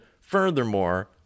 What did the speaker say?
furthermore